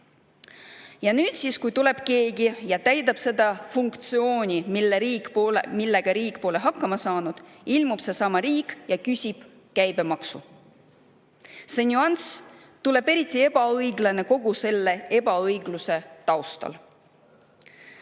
Ja nüüd, kui tuleb keegi ja täidab seda funktsiooni, millega riik pole hakkama saanud, ilmub seesama riik ja küsib käibemaksu. See nüanss tundub eriti ebaõiglane kogu selle ebaõigluse taustal.